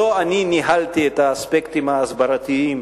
לא אני ניהלתי את האספקטים ההסברתיים